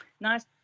Nice